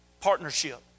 Partnership